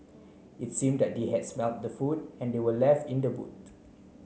it seemed that they had smelt the food that were left in the boot